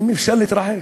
אם אפשר להתרחק,